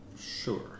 Sure